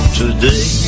today